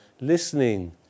listening